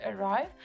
arrive